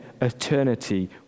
eternity